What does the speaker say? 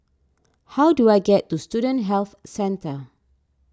how do I get to Student Health Centre